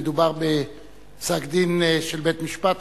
אם מדובר בפסק-דין של בית-משפט,